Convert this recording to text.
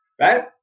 right